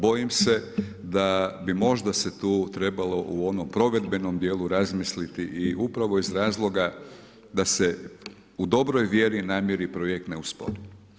Bojim se da bi možda se tu trebalo u onom provedbenom dijelu razmisliti i upravo iz razloga da se u dobroj vjeri, namjeri projekt ne uspori.